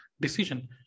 decision